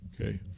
Okay